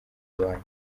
iwanyu